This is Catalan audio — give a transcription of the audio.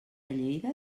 lleida